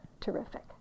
terrific